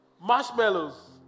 marshmallows